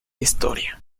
historia